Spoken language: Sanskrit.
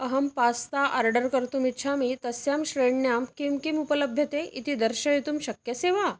अहं पास्ता आर्डर् कर्तुम् इच्छामि तस्यां श्रेण्यां किं किम् उपलभ्यते इति दर्शयितुं शक्यसे वा